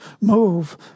move